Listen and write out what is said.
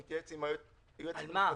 נתייעץ עם היועצת המשפטית.